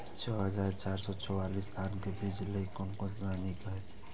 छः हजार चार सौ चव्वालीस धान के बीज लय कोन समय निक हायत?